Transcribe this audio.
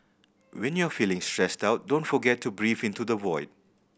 when you are feeling stressed out don't forget to breathe into the void